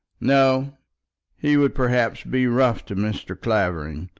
no he would, perhaps, be rough to mr. clavering.